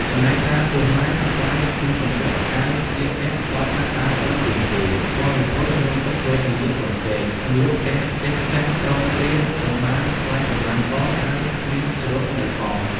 ចំណែកតាពោះម៉ាយ អត់បាយគ្មានសំពត់អាវស្លៀកពាក់ដល់ថ្នាក់ដើរសុំទានគេ បរិភោគ រងទុក្ខវេទនាពន់ពេកនឹងលក់ផ្ទះៗចាស់គ្រាំគ្រាពុំបានថ្លៃប៉ុន្មានផង ហើយគ្មានជ្រកនៅផង ។